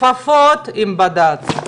כפפות עם בד"צ.